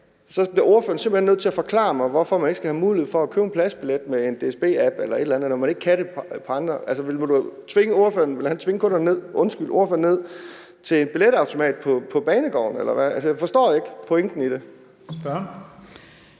spørgeren simpelt hen nødt til at forklare mig, hvorfor man ikke skal have mulighed for at købe en pladsbillet med en DSB-app eller et eller andet, når man ikke kan det på andre apps. Altså, vil spørgeren tvinge kunderne ned til en billetautomat på banegården eller hvad? Jeg forstår ikke pointen i det.